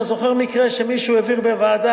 אתה זוכר מקרה שמישהו העביר בוועדה,